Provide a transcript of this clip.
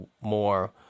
more